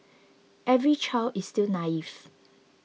every child is still naive